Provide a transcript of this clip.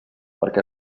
perquè